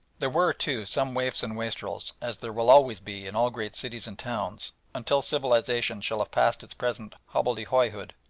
there were, too, some waifs and wastrels, as there will always be in all great cities and towns until civilisation shall have passed its present hobbledehoy-hood.